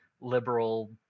liberal